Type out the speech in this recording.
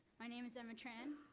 my name is emma tran.